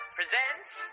presents